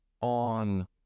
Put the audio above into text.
on